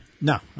No